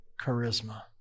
charisma